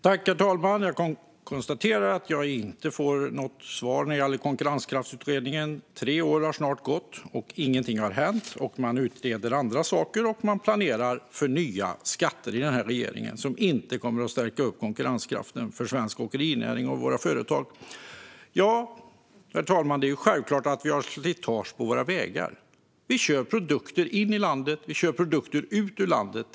Herr talman! Jag konstaterar att jag inte får något svar när det gäller en konkurrenskraftsutredning. Tre år har snart gått, och ingenting har hänt. Man utreder andra saker och planerar för nya skatter i regeringen som inte kommer att stärka konkurrenskraften för svensk åkerinäring och våra företag. Herr talman! Det är självklart att det är slitage på våra vägar. Vi kör produkter in i landet, och vi kör produkter ut ur landet.